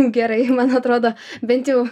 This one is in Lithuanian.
gerai man atrodo bent jau